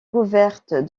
couverte